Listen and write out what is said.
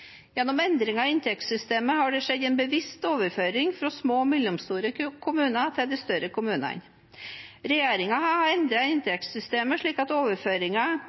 Gjennom endringer i inntektssystemet har det skjedd en bevisst overføring fra små og mellomstore kommuner til de større kommunene. Regjeringen har endret inntektssystemet slik at